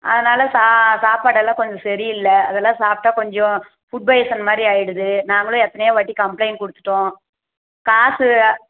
அதனால் சா சாப்பாடெல்லாம் கொஞ்சம் சரியில்ல அதெல்லாம் சாப்பிட்டா கொஞ்சம் ஃபுட் பாய்ஸன் மாதிரி ஆயிடுது நாங்களும் எத்தனையோ வாட்டி கம்ப்ளைண்ட் கொடுத்துட்டோம் காசு